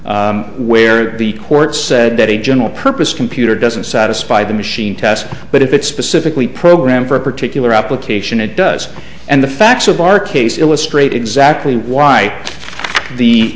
out where the court said that a general purpose computer doesn't satisfy the machine test but if it specifically program for a particular application it does and the facts of our case illustrate exactly why the